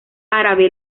árabe